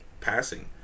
passing